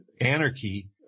anarchy